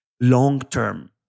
long-term